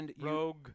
Rogue